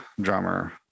drummer